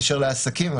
בקשר לעסקים,